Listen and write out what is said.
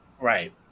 Right